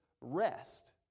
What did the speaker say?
rest